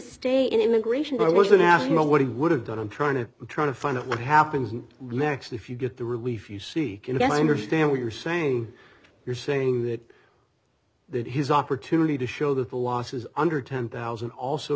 stay in immigration i was in as you know what he would have done i'm trying to trying to find out what happens next if you get the relief you see and i understand what you're saying you're saying that that his opportunity to show that the loss is under ten thousand also